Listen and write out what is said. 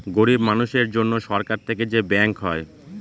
গরিব মানুষের জন্য সরকার থেকে যে ব্যাঙ্ক হয়